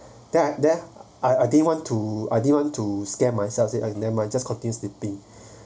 then I then I I didn't want to I didn't want to scare myself said I never mind just continue sleeping